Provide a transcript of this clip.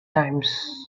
times